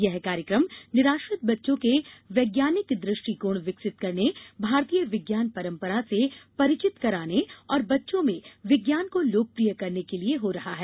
ये कार्यक्रम निराश्रत बच्चों में वैज्ञानिक दृष्टिकोण विकसित करने भारतीय विज्ञान परंपरा से परिचित कराने और बच्चों में विज्ञान को लोकप्रिय करने के लिये हो रहा है